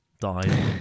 Died